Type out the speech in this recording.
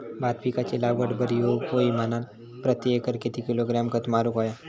भात पिकाची लागवड बरी होऊक होई म्हणान प्रति एकर किती किलोग्रॅम खत मारुक होया?